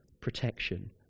protection